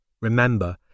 Remember